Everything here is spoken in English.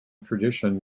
tradition